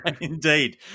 indeed